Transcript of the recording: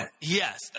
Yes